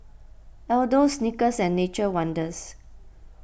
Aldo Snickers and Nature's Wonders